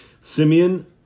Simeon